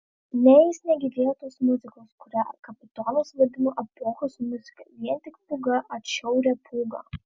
ne jis negirdėjo tos muzikos kurią kapitonas vadino epochos muzika vien tik pūgą atšiaurią pūgą